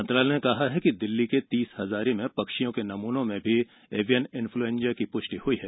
मंत्रालय ने कहा है कि दिल्ली के तीस हजारी में पक्षियों के नमूनों में भी एवियन इन्फ्लुएंजा की पुष्टि हुई है